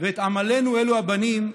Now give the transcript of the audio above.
"ואת עמלנו אלו הבנים",